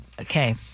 Okay